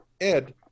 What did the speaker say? Ed